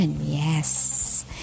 yes